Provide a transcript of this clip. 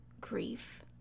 grief